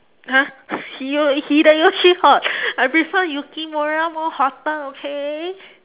!huh! hiyo~ hideyoshi hot I prefer yukimura more hotter okay